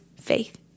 faith